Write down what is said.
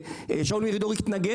איזה עוד ענף אתם רוצים להרוס?